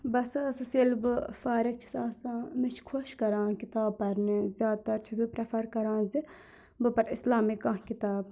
بہٕ ہَسا ٲسٕس ییٚلہِ بہٕ فارِغ چھَس آسان مےٚ چھِ خۄش کَران کِتاب پَرنہِ زیادٕ تَر چھَس بہٕ پرٛؠفَر کَران زِ بہٕ پَر اِسلامِک کانٛہہ کِتاب